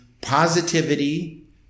positivity